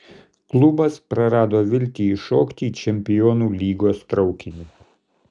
klubas prarado viltį įšokti į čempionų lygos traukinį